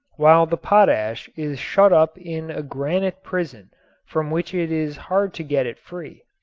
while the potash is shut up in a granite prison from which it is hard to get it free.